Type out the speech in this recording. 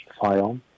file